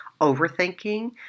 overthinking